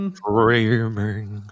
dreaming